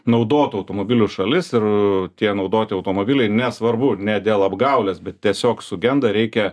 naudotų automobilių šalis ir tie naudoti automobiliai nesvarbu ne dėl apgaulės bet tiesiog sugenda reikia